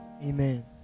Amen